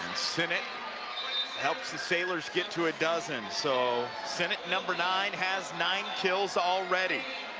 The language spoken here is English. sinnott helps the sailorsget to a dozen, so senate number nine has nine kills already.